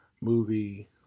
movie